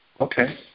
Okay